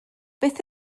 beth